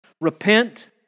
Repent